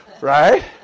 right